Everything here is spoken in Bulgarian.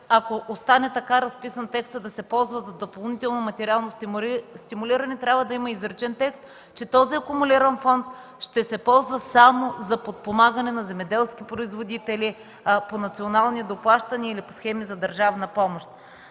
ако остане така разписан текстът – да се ползват за допълнително материално стимулиране – трябва да има изричен текст, че този акумулиран фонд ще се ползва само за подпомагане на земеделски производители по национални доплащания или по схеми за държавна помощ.